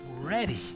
ready